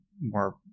more